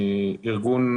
הארגון